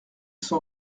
sont